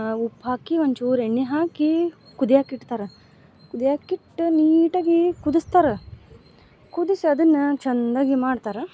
ಉಪ್ಪು ಹಾಕಿ ಒಂಚೂರು ಎಣ್ಣೆ ಹಾಕಿ ಕುದಿಯಕ್ಕಿಡ್ತಾರೆ ಕುದಿಯಕ್ಕೆ ಇಟ್ಟು ನೀಟಾಗಿ ಕುದಿಸ್ತಾರ ಕುದಿಸಿ ಅದನ್ನ ಚೆನ್ನಾಗಿ ಮಾಡ್ತಾರ